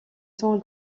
sans